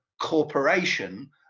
corporation